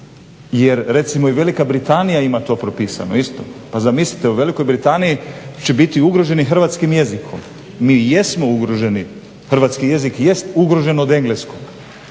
jer recimo i Velika Britanija ima propisano to isto. Pa zamislite u Velikoj Britaniji će biti ugroženi hrvatskim jezikom. Mi jesmo ugroženi, hrvatski jezik jest ugrožen od engleskog,